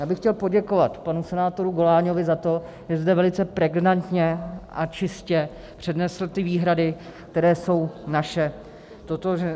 Já bych chtěl poděkovat panu senátoru Goláňovi za to, že zde velice pregnantně a čistě přednesl ty výhrady, které jsou naše totožné.